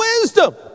wisdom